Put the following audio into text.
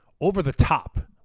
over-the-top